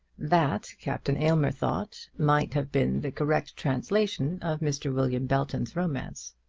that captain aylmer thought might have been the correct translation of mr. william belton's romance.